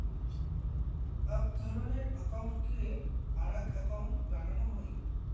আক ধরণের একউন্টকে আরাক একউন্ট বানানো হই